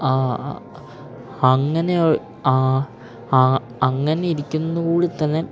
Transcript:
ആ അങ്ങനെ ആ ആ ആ അങ്ങനെ ഇരിക്കുന്നതുകൂടി തന്നെ